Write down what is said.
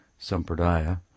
Sampradaya